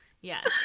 Yes